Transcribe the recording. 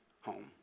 home